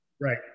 right